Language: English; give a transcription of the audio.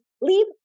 leave